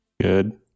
Good